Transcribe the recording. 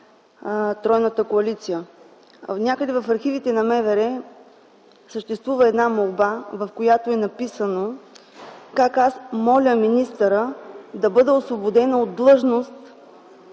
тройната коалиция. Някъде в архивите на МВР съществува една молба, в която е написано как аз моля министъра да бъда освободена от длъжност